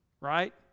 right